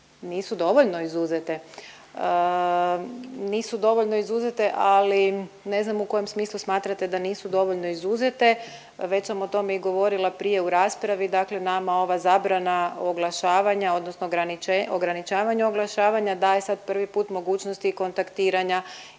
Nisu dovoljno izuzete. Nisu dovoljno izuzete ali ne znam u kojem smislu smatrate da nisu dovoljno izuzete. Već sam o tome i govorila prije u raspravi. Dakle nama ova zabrana oglašavanja odnosno ograničavanje oglašavanja daje sad prvi put mogućnost i kontaktiranja